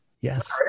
Yes